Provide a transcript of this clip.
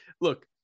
look